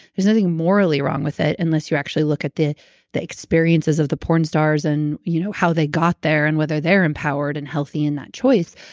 there's nothing morally wrong with it unless you actually look at the experiences of the porn stars and you know how they got there and whether they're empowered and healthy and that choice.